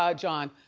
um john.